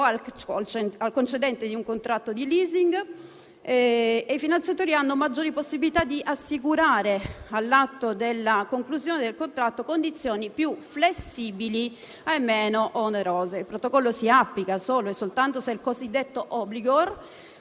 o al concedente in un contratto di *leasing*, i finanziatori hanno maggiori possibilità di assicurare, all'atto della conclusione del contratto, condizioni più flessibili e meno onerose. Il protocollo si applica solo e soltanto se il cosiddetto *obligor*,